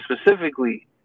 specifically